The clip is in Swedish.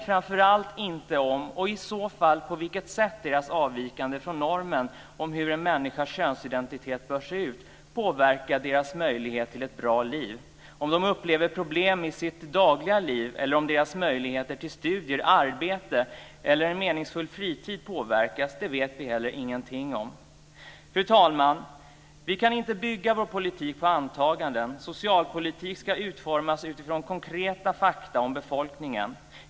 Framför allt vet vi inte om och i så fall på vilket sätt deras avvikande från normen för hur en människas könsidentitet bör se ut påverkar deras möjligheter till ett bra liv. Vi vet inte heller om de upplever problem i sitt dagliga liv eller om deras möjligheter till studier, arbete eller en meningsfull fritid påverkas. Fru talman! Vi kan inte bygga vår politik på antaganden. Socialpolitik ska utformas utifrån konkreta fakta om befolkningen.